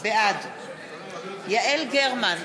בעד יעל גרמן,